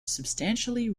substantially